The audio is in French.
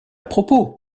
propos